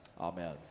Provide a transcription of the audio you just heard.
amen